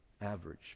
average